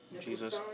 Jesus